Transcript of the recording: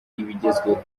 ibigezweho